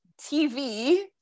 TV